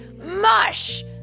Mush